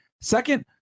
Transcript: Second